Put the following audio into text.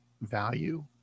value